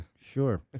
Sure